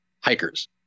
hikers